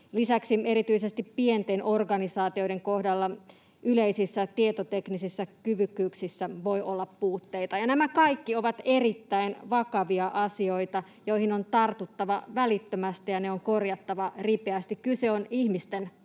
Lisäksi erityisesti pienten organisaatioiden kohdalla yleisissä tietoteknisissä kyvykkyyksissä voi olla puutteita. Nämä kaikki ovat erittäin vakavia asioita, joihin on tartuttava välittömästi, ja ne on korjattava ripeästi. Kyse on ihmisten elämästä.